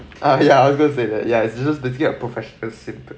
ah yeah I was going to say that yeah it's just the professional a simp